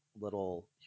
little